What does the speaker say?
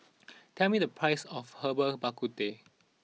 tell me the price of Herbal Bak Ku Teh